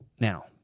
now